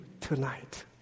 tonight